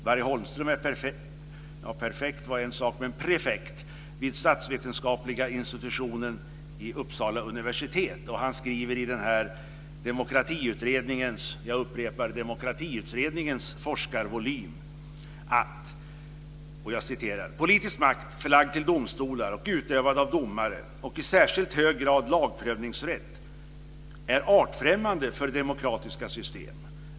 Barry Holmström är prefekt vid statsvetenskapliga institutionen vid Uppsala universitet och skriver i Demokratiutredningens forskarvolym: "Politisk makt förlagd till domstolar och utövad av domare, och i särskild hög grad lagprövningsrätt, är artfrämmande för demokratiska system.